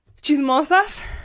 chismosas